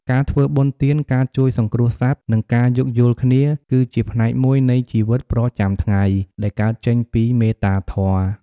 ការធ្វើបុណ្យទាន ការជួយសង្គ្រោះសត្វ និងការយោគយល់គ្នា គឺជាផ្នែកមួយនៃជីវិតប្រចាំថ្ងៃដែលកើតចេញពីមេត្តាធម៌។